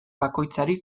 bakoitzari